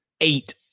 Eight